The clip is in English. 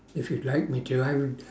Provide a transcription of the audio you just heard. if you'd like me to I would